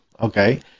Okay